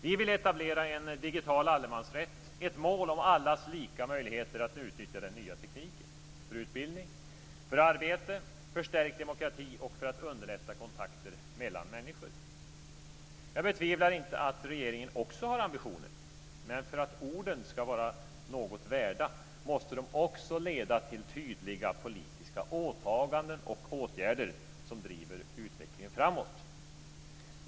Vi vill etablera en digital allemansrätt, ett mål om allas lika möjligheter att utnyttja den nya tekniken för utbildning, för arbete, för stärkt demokrati och för att underlätta kontakter mellan människor. Jag betvivlar inte att regeringen också har ambitioner. Men för att orden ska vara något värda måste de också leda till tydliga politiska åtaganden och åtgärder som driver utvecklingen framåt.